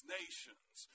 nations